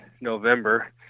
November